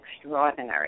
extraordinary